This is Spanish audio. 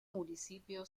municipio